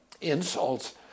insults